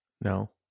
No